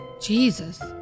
Jesus